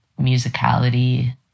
musicality